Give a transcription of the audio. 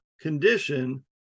condition